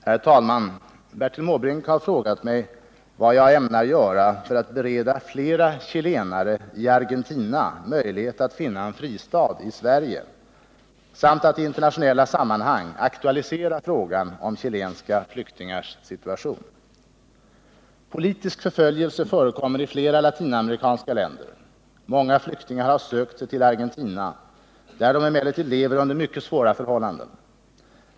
Herr talman! Bertil Måbrink har frågat mig vad jag ämnar göra för att bereda flera chilenare i Argentina möjlighet att finna en fristad i Sverige samt att i internationella sammanhang aktualisera frågan om chilenska flyktingars situation. Nr 47 Politisk förföljelse förekommer i flera latinamerikanska länder. Många flyktingar har sökt sig till Argentina, där de emellertid lever under mycket svåra förhållanden.